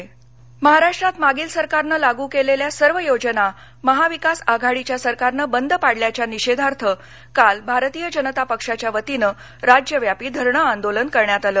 गोंदिया महाराष्ट्रात मागील सरकारनं लागू केलेल्या सर्व योजना महाविकास आघाडीच्या सरकारनं बंद पाडल्याच्या निषेधार्थ काल भारतीय जनता पक्षाच्या वतीनं राज्यव्यापी धरणं आंदोलन करण्यात आलं